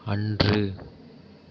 அன்று